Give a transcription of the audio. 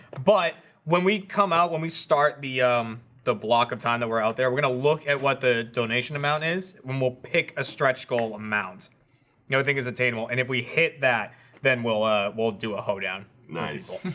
but when we come out when we start the the block of time that we're out there we're gonna look at what the donation amount is when we'll pick a stretch goal amount you know we think is attainable, and if we hit that then we'll ah we'll do a hoedown nice